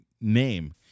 name